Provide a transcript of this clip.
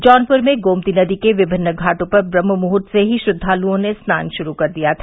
जौनपुर में गोमती नदी के विभिन्न घाटों पर ब्रम्हमुहर्त से ही श्रद्दालुओं ने स्नान शुरू कर दिया था